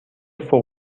فوق